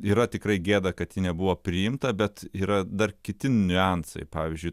yra tikrai gėda kad ji nebuvo priimta bet yra dar kiti niuansai pavyzdžiui